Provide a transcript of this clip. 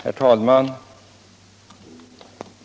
Herr talman!